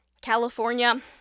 California